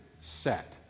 set